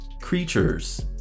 creatures